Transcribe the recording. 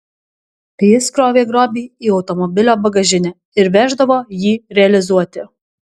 jis krovė grobį į automobilio bagažinę ir veždavo jį realizuoti